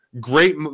great –